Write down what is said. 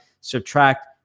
Subtract